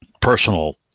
personal